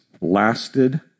lasted